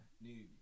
New